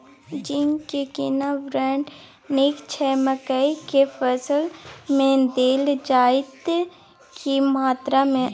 Zinc के केना brand नीक छैय मकई के फसल में देल जाए त की मात्रा में?